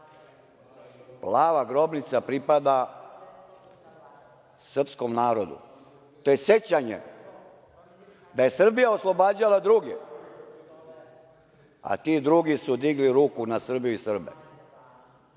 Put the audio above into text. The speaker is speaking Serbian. „Plava grobnica“ pripada srpskom narodu. To je sećanje da je Srbija oslobađala druge, a ti drugi su digli ruku na Srbiju i Srbe.